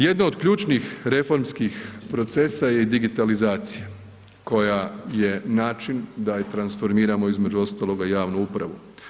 Jedno od ključnih reformskih procesa je i digitalizacija koja je način da i transformiramo između ostaloga javnu upravu.